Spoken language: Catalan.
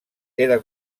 era